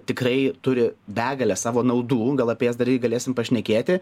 tikrai turi begalę savo naudų gal apie jas dar irgi galėsim pašnekėti